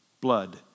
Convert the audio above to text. blood